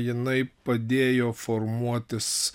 jinai padėjo formuotis